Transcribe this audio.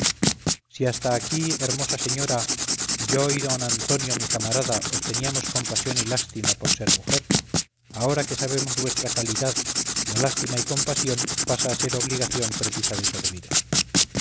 si hasta aquí hermosa señora yo y don antonio mi camarada os teníamos compasión y lástima por ser mujer ahora que sabemos vuestra calidad la lástima y compasión pasa a ser obligación precisa de serviros